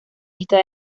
está